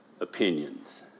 opinions